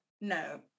No